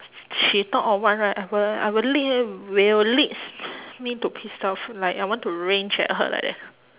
she talk or what right I will I will lead will leads me to pissed off like I want to rage at her like that